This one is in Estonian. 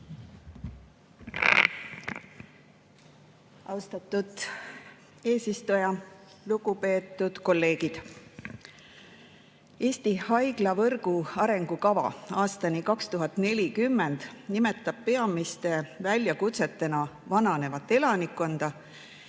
Austatud eesistuja! Lugupeetud kolleegid! Eesti haiglavõrgu arengukava aastani 2040 nimetab peamiste väljakutsetena vananevat elanikkonda,